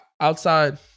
outside